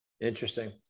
Interesting